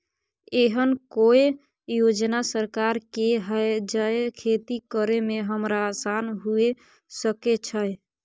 एहन कौय योजना सरकार के है जै खेती करे में हमरा आसान हुए सके छै?